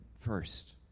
first